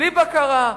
בלי בקרה.